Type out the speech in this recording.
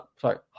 Sorry